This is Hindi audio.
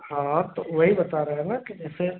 हाँ हाँ तो वही बता रहे हैं ना कि जैसे